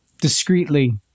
Discreetly